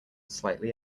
slightly